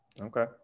Okay